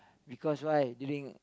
because why during